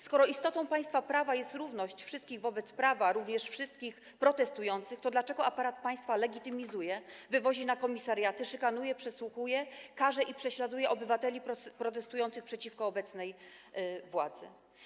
Skoro istotą państwa prawa jest równość wszystkich wobec prawa, również wszystkich protestujących, to dlaczego aparat państwa legitymuje, wywozi na komisariaty, szykanuje, przesłuchuje, karze i prześladuje obywateli protestujących przeciwko obecnej władzy?